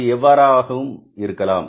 அது எவ்வாறு ஆகவும் இருக்கலாம்